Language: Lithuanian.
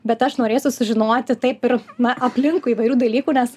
bet aš norėsiu sužinoti taip ir na aplinkui įvairių dalykų nes